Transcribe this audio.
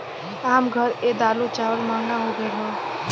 आम घर ए दालो चावल महंगा हो गएल हौ